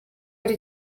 hari